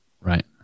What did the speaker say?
Right